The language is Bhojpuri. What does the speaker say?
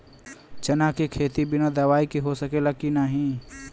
चना के खेती बिना दवाई के हो सकेला की नाही?